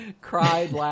cried